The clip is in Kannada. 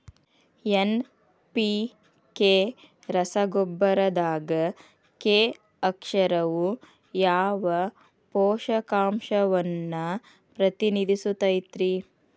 ಎನ್.ಪಿ.ಕೆ ರಸಗೊಬ್ಬರದಾಗ ಕೆ ಅಕ್ಷರವು ಯಾವ ಪೋಷಕಾಂಶವನ್ನ ಪ್ರತಿನಿಧಿಸುತೈತ್ರಿ?